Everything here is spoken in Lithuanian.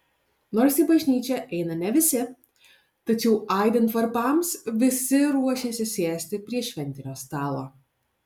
nors į bažnyčią eina ne visi tačiau aidint varpams visi ruošiasi sėsti prie šventinio stalo